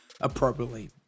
appropriately